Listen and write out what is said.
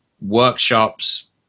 workshops